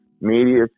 media